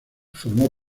formó